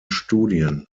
studien